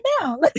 now